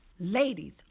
Ladies